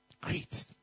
Great